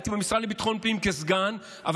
הייתי במשרד לביטחון הפנים כסגן שר,